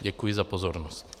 Děkuji za pozornost.